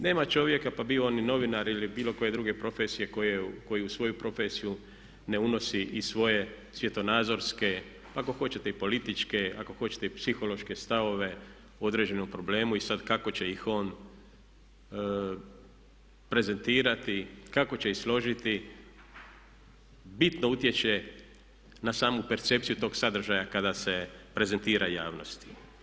Nema čovjeka pa bio on i novinar ili bilo koje druge profesije koji u svoju profesiju ne unosi i svoje svjetonazorske, ako hoćete i političke, ako hoćete i psihološke stavove o određenom problemu i sad kako će ih on prezentirati, kako će ih složiti, bitno utječe na samu percepciju tog sadržaja kada se prezentira javnosti.